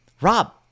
Rob